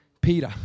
Peter